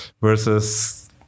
versus